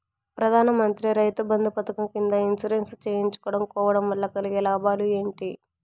ప్రధాన మంత్రి రైతు బంధు పథకం కింద ఇన్సూరెన్సు చేయించుకోవడం కోవడం వల్ల కలిగే లాభాలు ఏంటి?